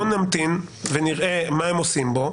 בוא נמתין ונראה מה הם עושים בו.